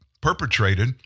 perpetrated